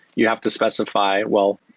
you have to specify, well,